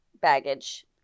baggage